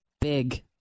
Big